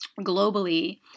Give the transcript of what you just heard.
Globally